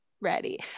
ready